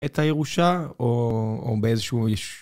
את הירושה או באיזשהו איש.